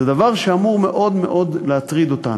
זה דבר שאמור מאוד מאוד להטריד אותנו.